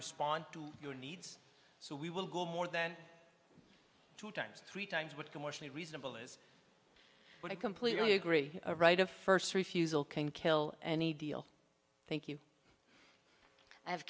respond to your needs so we will go more than two times three times what commercially reasonable is what i completely agree a right of first refusal can kill any deal thank you i have